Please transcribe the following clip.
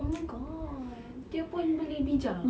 oh my god dia pun beli bija